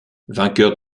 vainqueur